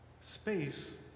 space